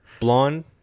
Blonde